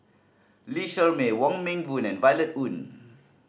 Lee Shermay Wong Meng Voon and Violet Oon